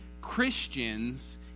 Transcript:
Christians